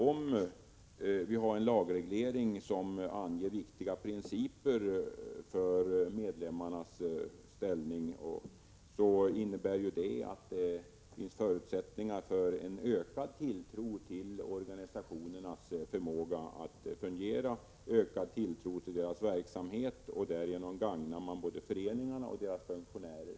Om vi har en lagreglering som anger viktiga principer för medlemmarnas ställning, innebär detta att det skapas förutsättningar för en ökad tilltro till organisationernas förmåga att fungera och till deras verksamhet. Därigenom gagnar man både föreningarna och deras funktionärer.